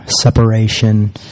separation